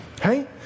Hey